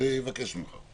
אבקש ממך.